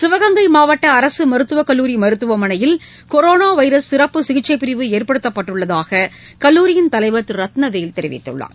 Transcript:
சிவகங்கை மாவட்ட அரசு மருத்துவக்கல்லூரி மருத்துவமனையில் கொரோனா வைரஸ் சிறப்பு சிகிச்சைப்பிரிவு ஏற்படுத்தப்பட்டுள்ளதாக கல்லூரியின் தலைவர் திரு ரத்னவேல் தெரிவித்துள்ளார்